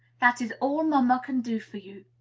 that is all mamma can do for you.